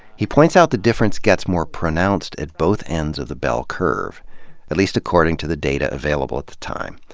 he points out the difference gets more pronounced at both ends of the bell curve at least, according to the data available at the time.